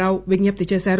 రావు విజ్లప్తి చేశారు